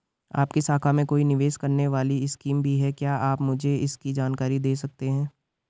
आपकी शाखा में कोई निवेश करने वाली स्कीम भी है क्या आप मुझे इसकी जानकारी दें सकते हैं?